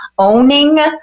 owning